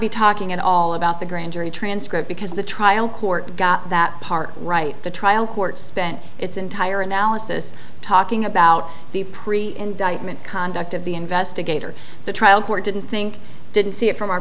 be talking at all about the grand jury transcript because the trial court got that part right the trial court spent its entire analysis talking about the pre indictment conduct of the investigator the trial court didn't think didn't see it from our